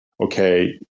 okay